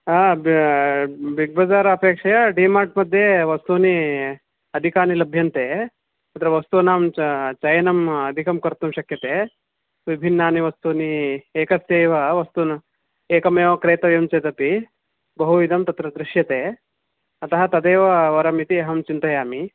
हा बिग्बज़ार् अपेक्षया डिमार्ट् मध्ये वस्तूनि अधिकानि लभ्यन्ते तत्र वस्तूनां च चयनम् अधिकं कर्तुं शक्यते विभिन्नानि वस्तूनि एकस्यैव वस्तु एकमेव क्रेतव्यं चेदपि बहुविधं तत्र दृश्यते अतः तदेव वरम् इति अहं चिन्तयामि